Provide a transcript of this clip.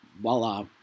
voila